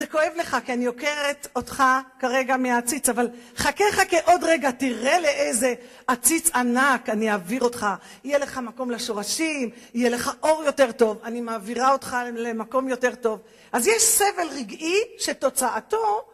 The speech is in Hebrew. זה כואב לך כי אני עוקרת אותך כרגע מהעציץ, אבל חכה חכה עוד רגע תראה לאיזה עציץ ענק אני אעביר אותך, יהיה לך מקום לשורשים, יהיה לך אור יותר טוב, אני מעבירה אותך למקום יותר טוב, אז יש סבל רגעי שתוצאתו